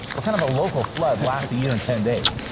what kind of a local flood lasts a year and ten days?